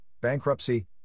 bankruptcy